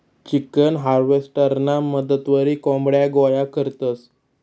chicken हार्वेस्टरना मदतवरी कोंबड्या गोया करतंस